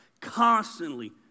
constantly